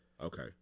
Okay